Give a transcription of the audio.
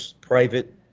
private